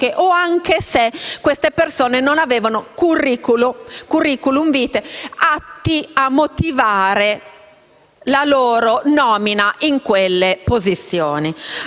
o anche se queste persone non avevano *curriculum* *vitae* atti a motivare la loro nomina in quelle posizioni.